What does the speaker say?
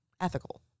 ethical